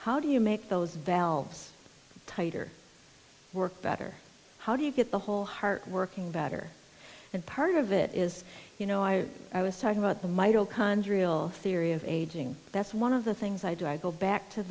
how do you make those valves tighter work better how do you get the whole heart working better and part of it is you know i i was talking about the mitochondrial theory of aging that's one of the things i do i go back to